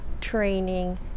training